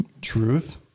truth